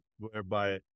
whereby